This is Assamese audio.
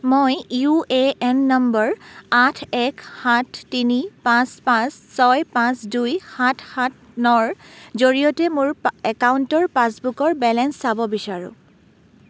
মই ইউ এ এন নম্বৰ আঠ এক সাত তিনি পাঁচ পাঁচ ছয় পাঁচ দুই সাত সাত নৰ জৰিয়তে মোৰ পা একাউণ্টৰ পাছবুকৰ বেলেঞ্চ চাব বিচাৰোঁ